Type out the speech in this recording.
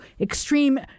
extreme